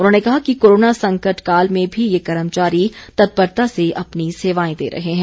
उन्होंने कहा कि कोरोना संकट काल में भी ये कर्मचारी तत्परता से अपनी सेवाएं दे रहे हैं